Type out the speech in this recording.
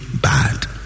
bad